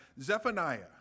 Zephaniah